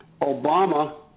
Obama